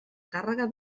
càrrega